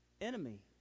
enemy